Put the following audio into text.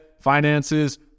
finances